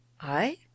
I